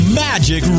magic